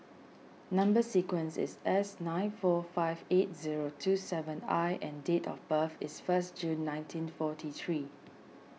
Number Sequence is S nine four five eight zero two seven I and date of birth is first June nineteen forty three